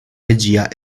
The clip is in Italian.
regia